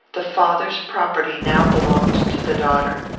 the father's property now belonged to the daughter.